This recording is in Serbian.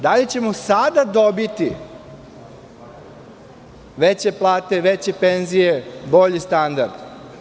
Da li ćemo sada dobiti veće plate, veće penzije, bolji standard?